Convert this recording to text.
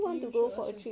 you should ask her